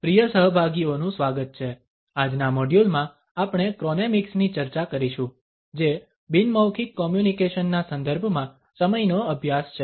પ્રિય સહભાગીઓનું સ્વાગત છે આજના મોડ્યુલ માં આપણે ક્રોનેમિક્સ ની ચર્ચા કરીશું જે બિન મૌખિક કોમ્યુનિકેશન ના સંદર્ભમાં સમયનો અભ્યાસ છે